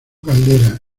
caldera